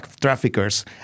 traffickers